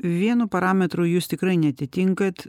vienu parametru jūs tikrai neatitinkat